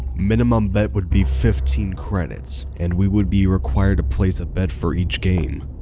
minimum bet would be fifteen credits and we would be required to place a bet for each game.